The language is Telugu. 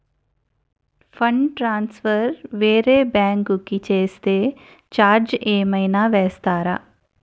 ఫండ్ ట్రాన్సఫర్ వేరే బ్యాంకు కి చేస్తే ఛార్జ్ ఏమైనా వేస్తారా?